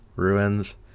ruins